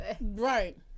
Right